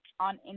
on